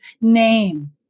name